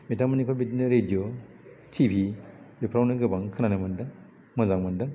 बिथांमोननिखौ बिदिनो radio TV बेफोरावनो गोबां खोनानो मोन्दों मोजां मोन्दों